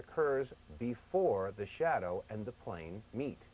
occurs before the shadow and the plane meet